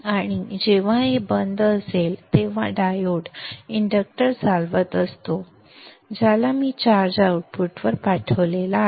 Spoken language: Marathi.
आणि जेव्हा हे बंद असेल तेव्हा डायोड इंडक्टर चालवत असतो ज्याला मी चार्ज आउटपुटवर पाठवला आहे